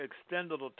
extended